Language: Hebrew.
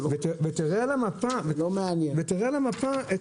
תראה על המפה את